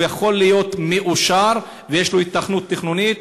הוא יכול להיות מאושר, ויש לו היתכנות תכנונית.